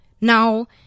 Now